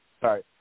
sorry